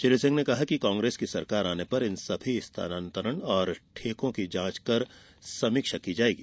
श्री सिंह ने कहा कि कांग्रेस की सरकार आने पर इन सभी स्थानांतरण और ठेकों की जांच कर समीक्षा की जाएगी